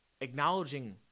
acknowledging